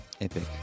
epic